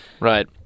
Right